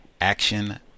action